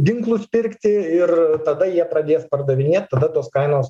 ginklus pirkti ir tada jie pradės pardavinėt tada tos kainos